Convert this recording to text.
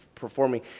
performing